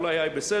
אולי היה בסדר,